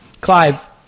Clive